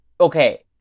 Okay